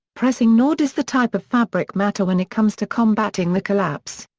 pressing nor does the type of fabric matter when it comes to combating the collapse.